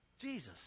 Jesus